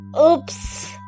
Oops